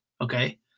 Okay